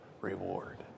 reward